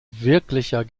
wirklicher